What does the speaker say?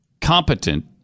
competent